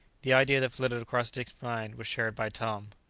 the idea that flitted across dick's mind was shared by tom.